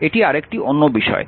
এটি আরেকটি অন্য বিষয়